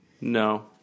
No